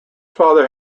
father